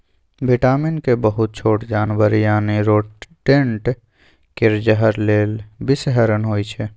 vitamin K बहुत छोट जानबर यानी रोडेंट केर जहर लेल बिषहरण होइ छै